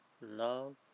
love